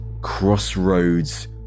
crossroads